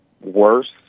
worse